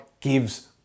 gives